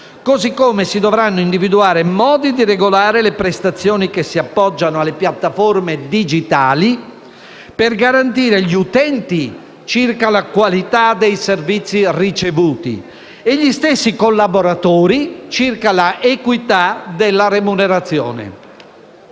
modo si dovranno individuare modi di regolare le prestazioni che si appoggiano alle piattaforme digitali, per garantire gli utenti circa la qualità dei servizi ricevuti e gli stessi collaboratori circa la equità della remunerazione.